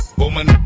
woman